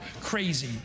crazy